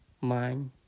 mind